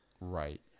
Right